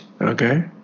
Okay